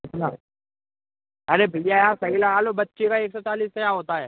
कितना अरे भईया यार सही लगा लो बच्चे का एक सौ चालीस क्या होता है